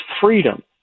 freedom